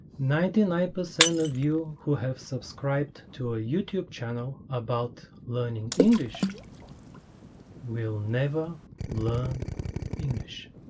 ninety nine percent of you who have subscribed to a youtube channel about learning english will never learn english